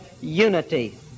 unity